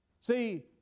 See